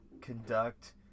conduct